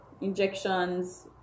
injections